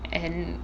and